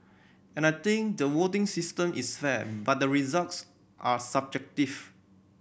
and I think the voting system is fair but the results are subjective